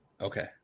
Okay